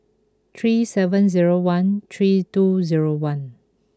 three seven zero one three two zero one